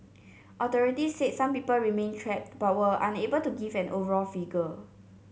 authority said some people remained trapped but were unable to give an overall figure